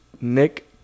Nick